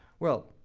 well,